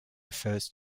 refers